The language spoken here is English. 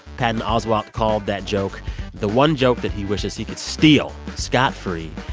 patton oswalt called that joke the one joke that he wishes he could steal scot-free.